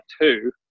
two